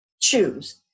choose